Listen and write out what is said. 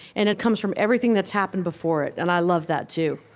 and it comes from everything that's happened before it, and i love that too.